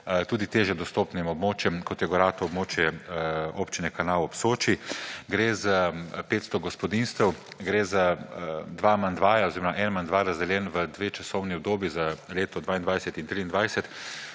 tudi težje dostopnim območjem, kot je gorato območje Občine Kanal ob Soči. Gre za 500 gospodinjstev, gre za dva amandmaja oziroma en amandma, razdeljen v dve časovni obdobji za leto 2022 in 2023